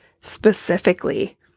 specifically